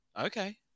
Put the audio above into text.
Okay